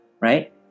right